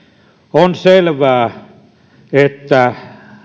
on selvää että